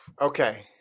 Okay